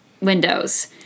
windows